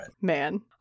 Man